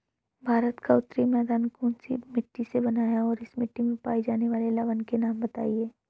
भारत का उत्तरी मैदान कौनसी मिट्टी से बना है और इस मिट्टी में पाए जाने वाले लवण के नाम बताइए?